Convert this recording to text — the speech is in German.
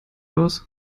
aus